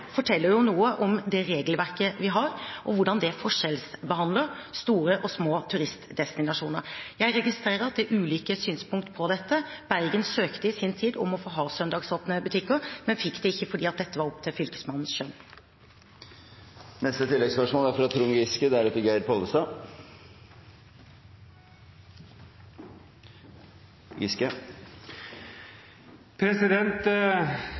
forteller noe om det regelverket vi har, og hvordan det forskjellsbehandler store og små turistdestinasjoner. Jeg registrerer at det er ulike synspunkter på dette. Bergen søkte i sin tid om å få ha søndagsåpne butikker, men fikk det ikke fordi dette var opp til Fylkesmannens skjønn. Trond Giske – til oppfølgingsspørsmål. Varehandelen er